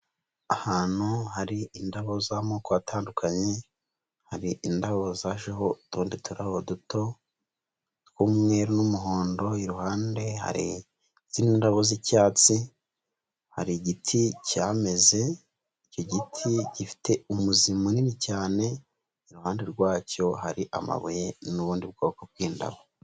Ahantu hari indabo z'amoko atandukanye, hari indabo zajeho utundi turabo duto tw'umweru n'umuhondo, iruhande hari izindi ndabo z'icyatsi, hari igiti cyameze, icyo giti gifite umuzi munini cyane, iruhande rwacyo hari amabuye n'ubundi bwoko bw'indabo.